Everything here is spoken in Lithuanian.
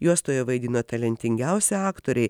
juostoje vaidino talentingiausi aktoriai